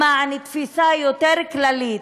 למען תפיסה יותר כללית,